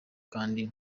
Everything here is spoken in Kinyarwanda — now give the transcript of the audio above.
kandi